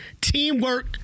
Teamwork